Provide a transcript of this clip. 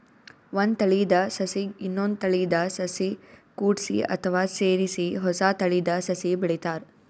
ಒಂದ್ ತಳೀದ ಸಸಿಗ್ ಇನ್ನೊಂದ್ ತಳೀದ ಸಸಿ ಕೂಡ್ಸಿ ಅಥವಾ ಸೇರಿಸಿ ಹೊಸ ತಳೀದ ಸಸಿ ಬೆಳಿತಾರ್